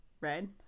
red